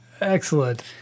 excellent